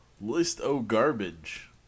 list-o-garbage